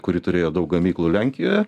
kuri turėjo daug gamyklų lenkijoje